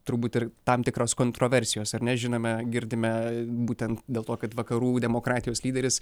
turbūt ir tam tikros kontroversijos ar ne žinome girdime būtent dėl to kad vakarų demokratijos lyderis